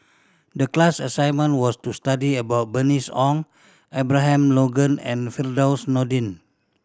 the class assignment was to study about Bernice Ong Abraham Logan and Firdaus Nordin